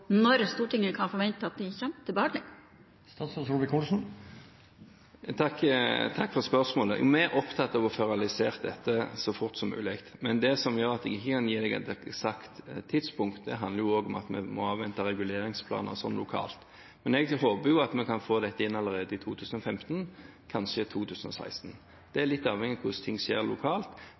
når Stortinget kan forvente at de kommer til behandling? Takk for spørsmålet. Vi er opptatt av å få realisert dette så fort som mulig, men det som gjør at jeg ikke kan gi et eksakt tidspunkt, handler også om at vi må avvente reguleringsplaner lokalt. Men jeg håper at vi kan få dette inn allerede i 2015, kanskje 2016. Det er litt avhengig av hvordan ting skjer lokalt.